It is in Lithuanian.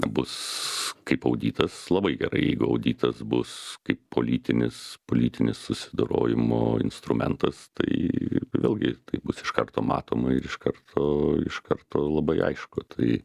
bus kaip auditas labai gerai jeigu auditas bus kaip politinis politinis susidorojimo instrumentas tai vėlgi tai bus iš karto matoma ir iš karto iš karto labai aišku tai